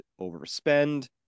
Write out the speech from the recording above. overspend